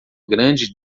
grande